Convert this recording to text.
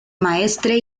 maestre